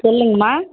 சொல்லுங்கமா